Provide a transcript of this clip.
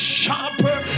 sharper